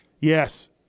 Yes